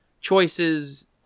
choices